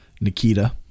Nikita